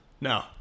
No